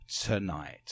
tonight